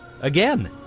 Again